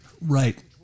Right